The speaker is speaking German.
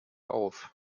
auf